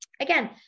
Again